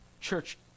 Church